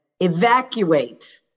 Evacuate